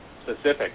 Specific